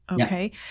Okay